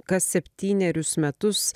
kas septynerius metus